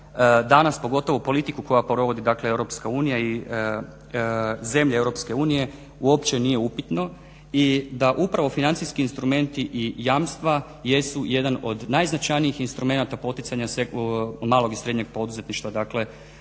danas pogotovo politiku koja provodi dakle EU i zemlje EU uopće nije upitno i da upravo financijski instrumenti i jamstva jesu jedan od najznačajnijih instrumenata poticanja malog i srednjeg poduzetništva. Dakle,